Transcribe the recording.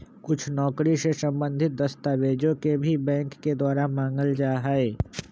कुछ नौकरी से सम्बन्धित दस्तावेजों के भी बैंक के द्वारा मांगल जा हई